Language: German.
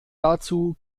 dazu